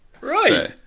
Right